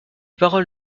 paroles